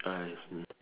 I see